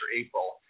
April